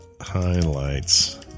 highlights